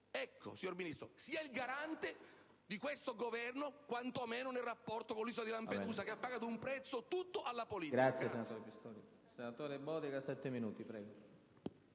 Signor Ministro, sia il garante di questo Governo quantomeno nel rapporto con l'isola di Lampedusa, che ha pagato un prezzo tutto alla politica.